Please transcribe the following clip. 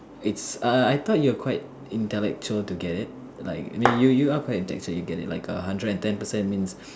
it's A I thought you're quite intellectual to get it like I mean you you are quite intellectual to get it like a hundred and ten percent means